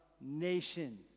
Nation